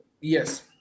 Yes